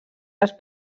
les